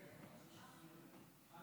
לא.